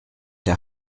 der